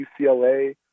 UCLA